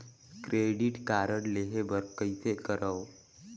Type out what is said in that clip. Credit card लेहे बर कइसे करव?